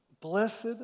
Blessed